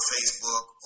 Facebook